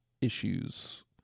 issues